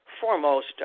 foremost